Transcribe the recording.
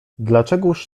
dlaczegóż